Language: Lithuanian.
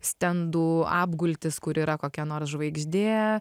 stendų apgultis kur yra kokia nors žvaigždė